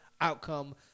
outcome